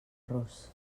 ros